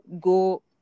go